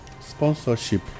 sponsorship